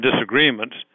disagreements